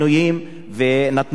ונתנו להם מכות.